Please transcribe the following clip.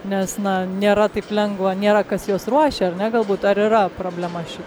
nes na nėra taip lengva nėra kas juos ruošia ar ne galbūt ar yra problema ši